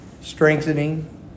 strengthening